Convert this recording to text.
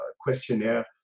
questionnaire